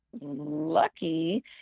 lucky